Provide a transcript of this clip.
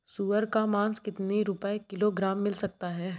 सुअर का मांस कितनी रुपय किलोग्राम मिल सकता है?